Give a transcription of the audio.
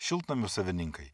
šiltnamių savininkai